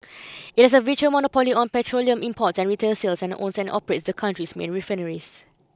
it has a virtual monopoly on petroleum imports and retail sales and owns and operates the country's main refineries